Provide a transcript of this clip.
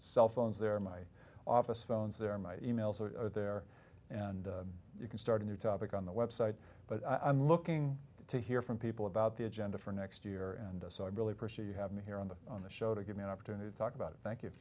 cell phones they're my office phones they're my e mails are there and you can start a new topic on the website but i'm looking to hear from people about the agenda for next year and the so i really appreciate you have me here on the on the show to give me an opportunity to talk about it thank you